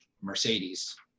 Mercedes